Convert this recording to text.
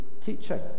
teaching